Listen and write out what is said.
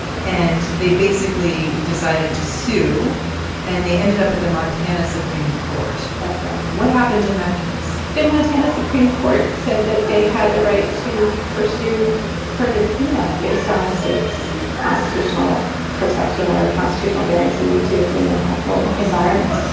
and they basically decided to sue and they ended up at the montana supreme court. that's right. what happened in that case? the montana supreme court said that they had the right to pursue further cleanup based on the state's constitutional protection or a constitutional guarantee to a clean and healthful environment.